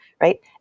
right